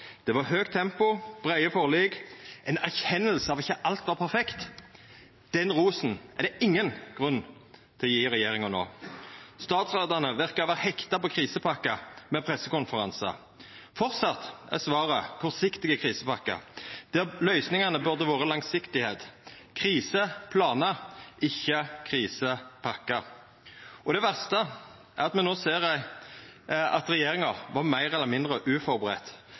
Det var høgt tempo, breie forlik, ei erkjenning av at ikkje alt var perfekt. Den rosen er det ingen grunn til å gje regjeringa no. Statsrådane verkar å vera hekta på krisepakkar, med pressekonferansar. Framleis er svaret kortsiktige krisepakkar der løysingane burde ha vore langsiktigheit – kriseplanar, ikkje krisepakkar. Det verste er at me no ser at regjeringa var meir eller mindre